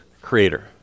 creator